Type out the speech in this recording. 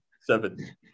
Seven